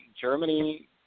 Germany